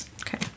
Okay